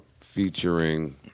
featuring